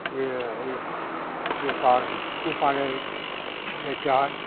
ইয়ে এপার ওপারে যেতে হয়